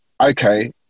okay